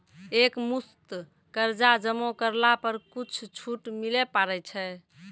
एक मुस्त कर्जा जमा करला पर कुछ छुट मिले पारे छै?